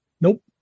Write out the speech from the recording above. Nope